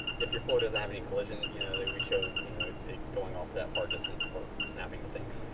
if your floor doesn't have any collision, you know, then we show going off to that far distance for snapping to things.